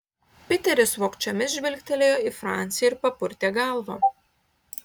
piteris vogčiomis žvilgtelėjo į francį ir papurtė galvą